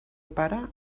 pare